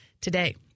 today